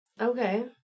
okay